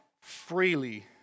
freely